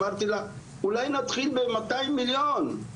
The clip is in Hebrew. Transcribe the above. אמרתי לה אולי נתחיל ב-200 מיליון,